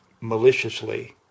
maliciously